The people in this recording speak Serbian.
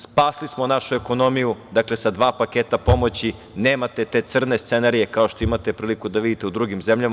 Spasli smo našu ekonomiju, dakle, sa dva paketa pomoći nemate te crne scenarije kao što imate priliku da vidite u drugim zemljama.